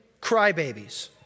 crybabies